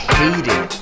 hated